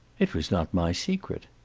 it was not my secret.